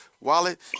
wallet